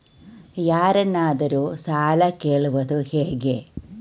ಯಾರನ್ನಾದರೂ ಸಾಲ ಕೇಳುವುದು ಹೇಗೆ?